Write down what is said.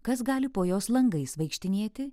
kas gali po jos langais vaikštinėti